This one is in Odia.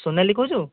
ସୋନାଲି କହୁଛୁ